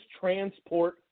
transport